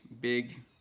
big